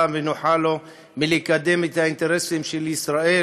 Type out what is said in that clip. ונוחה לו לקדם את האינטרסים של ישראל.